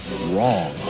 wrong